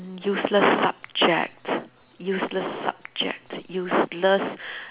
um useless subject useless subject useless